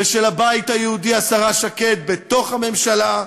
ושל הבית היהודי, השרה שקד, בתוך הממשלה,